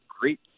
great